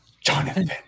Jonathan